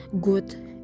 good